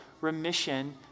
remission